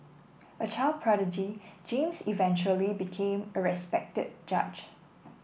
a child prodigy James eventually became a respected judge